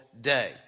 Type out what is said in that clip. day